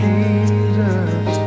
Jesus